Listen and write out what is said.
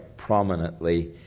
prominently